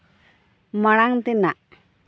ᱢᱟᱬᱟᱝ ᱛᱮᱱᱟᱜ